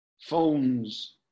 phones